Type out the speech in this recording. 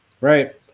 right